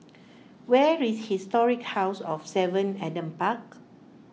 where is Historic House of Seven Adam Park